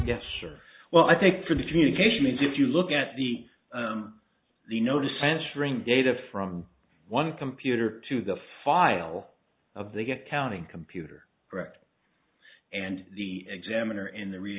yes sure well i think for the communications if you look at the the notice transferring data from one computer to the file of they get counting computer correct and the examiner in the read